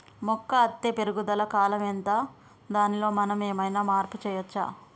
మొక్క అత్తే పెరుగుదల కాలం ఎంత దానిలో మనం ఏమన్నా మార్పు చేయచ్చా?